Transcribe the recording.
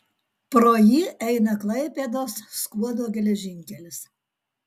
pro jį eina klaipėdos skuodo geležinkelis